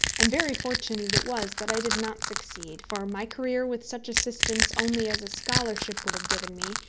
and very fortunate it was that i did not succeed, for my career with such assistance only as a scholarship would have given me,